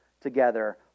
together